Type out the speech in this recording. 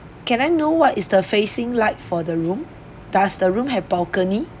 can I know what is the facing like for the room does the room have balcony